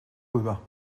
rüber